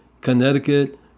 Connecticut